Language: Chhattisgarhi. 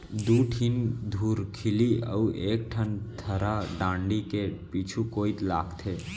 दू ठिन धुरखिली अउ एक ठन थरा डांड़ी के पीछू कोइत लागथे